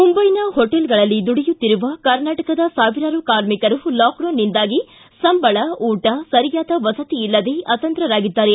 ಮುಂಬೈನ ಹೊಟೇಲ್ಗಳಲ್ಲಿ ದುಡಿಯುತ್ತಿರುವ ಕರ್ನಾಟಕದ ಸಾವಿರಾರು ಕಾರ್ಮಿಕರು ಲಾಕ್ಡೌನ್ನಿಂದಾಗಿ ಸಂಬಳ ಊಟ ಸರಿಯಾದ ವಸತಿ ಇಲ್ಲದೆ ಅತಂತ್ರರಾಗಿದ್ದಾರೆ